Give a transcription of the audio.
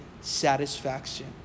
satisfaction